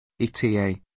ETA